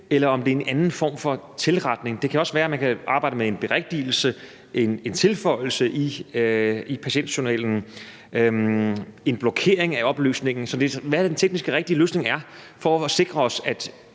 eller om det er en anden form for tilretning. Det kan også være, man kan arbejde med en berigtigelse, en tilføjelse i patientjournalen eller en blokering af oplysningen. Hvad er den teknisk rigtige løsning for at sikre os, at